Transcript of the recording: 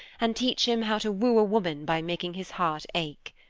and teach him how to woo a woman by making his heart ache.